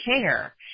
care